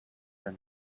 and